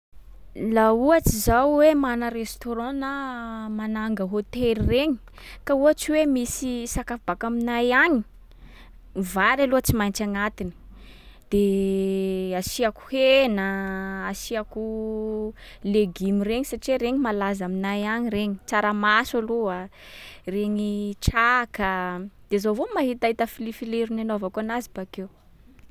Laha ohatsy zaho hoe mana restaurant na mananga hôtely regny, ka ohatsy hoe misy sakafo baka aminay agny, vary aloha tsy maintsy agnatiny. De asiàko hena a, asiàko legioma regny satria regny malaza aminay any regny. Tsaramaso aloha a, regny traka a, de zaho avao mahita filifilirony anaovako anazy bakeo.